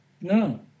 No